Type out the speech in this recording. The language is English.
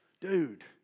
dude